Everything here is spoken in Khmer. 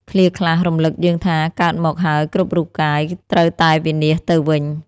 ឃ្លាខ្លះ រំលឹកយើងថា កើតមកហើយ គ្រប់រូបកាយត្រូវតែវិនាសទៅវិញ។